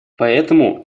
поэтому